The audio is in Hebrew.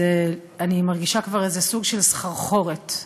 אני מרגישה איזה סוג של סחרחורת.